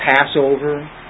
Passover